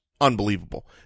unbelievable